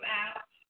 out